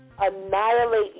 Annihilate